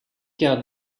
cas